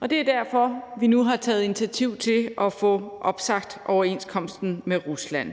og det er derfor, vi nu har taget initiativ til at få opsagt overenskomsten med Rusland.